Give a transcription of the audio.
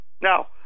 Now